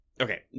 okay